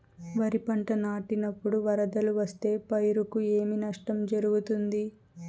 వరిపంట నాటినపుడు వరదలు వస్తే పైరుకు ఏమి నష్టం జరుగుతుంది?